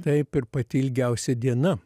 taip ir pati ilgiausia diena